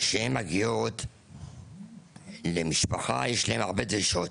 כשהן מגיעות למשפחה יש להן גם הרבה דרישות,